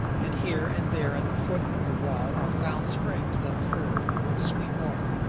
and here and there at the foot of the wall are found springs that afford sweet water.